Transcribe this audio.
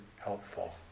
helpful